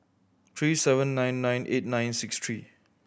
three seven nine nine eight nine six three